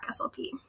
slp